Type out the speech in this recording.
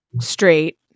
straight